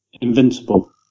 Invincible